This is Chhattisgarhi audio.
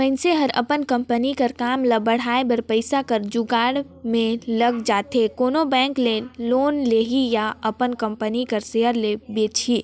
मइनसे हर अपन कंपनी कर काम ल बढ़ाए बर पइसा कर जुगाड़ में लइग जाथे कोनो बेंक ले लोन लिही या अपन कंपनी कर सेयर ल बेंचही